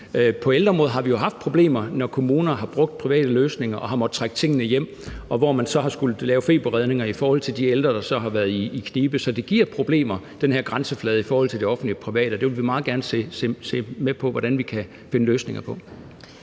På ældreområdet har vi haft problemer, når kommuner har brugt private løsninger og har måttet trække tingene hjem, og man så har skullet lave feberredninger i forhold til de ældre, der så har været i knibe. Så den her grænseflade mellem det offentlige og det private giver problemer, og det vil vi meget gerne være med til at se på hvordan vi kan finde løsninger på.